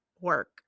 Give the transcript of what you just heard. work